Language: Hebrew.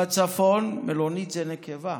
בצפון, מלונית זה נקבה,